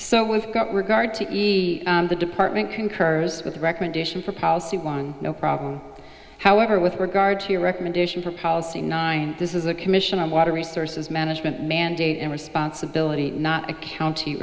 got regard to the department concurs with a recommendation for policy one no problem however with regard to your recommendation for policy nine this is a commission on water resources management mandate and responsibility not a county